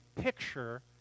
picture